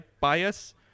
bias